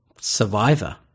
Survivor